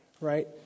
right